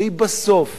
שהיא בסוף